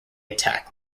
attack